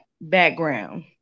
background